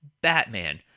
Batman